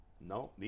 No